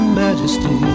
majesty